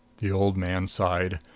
the old man sighed.